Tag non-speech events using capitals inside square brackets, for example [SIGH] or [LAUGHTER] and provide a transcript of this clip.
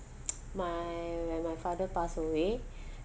[NOISE] my when my father pass away